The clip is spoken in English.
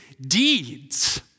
deeds